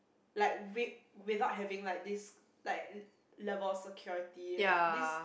like with without having like this like level of security like this